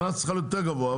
הקנס צריך להיות יותר גבוה,